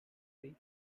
week